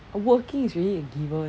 working is already a given